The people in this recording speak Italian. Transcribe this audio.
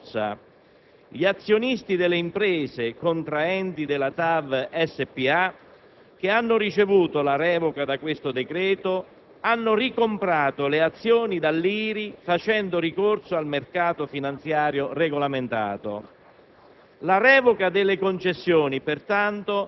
e altre grandi imprese, tutte quotate in borsa. Gli azionisti delle imprese contraenti della TAV Spa, che hanno ricevuto la revoca da questo decreto, hanno ricomprato le azioni dall'IRI facendo ricorso al mercato finanziario regolamentato.